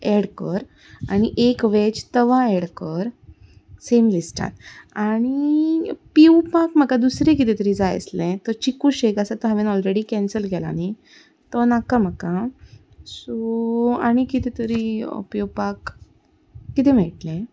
add कर आनी एक वेज तवा एड कर सेम लिस्टान आनी पिवपाक म्हाका दुसरे किदें तरी जाय आसलें चिकू शेक आसा तो हांवें ऑलरेडी कँसल केला न्ही तो नाका म्हाका सो आनी किदें तरी पिवपाक किदें मेळटलें